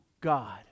God